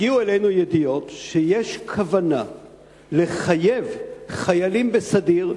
הגיעו אלינו ידיעות שיש כוונה לחייב חיילים בסדיר,